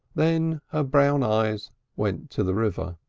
then her brown eyes went to the river.